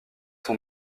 son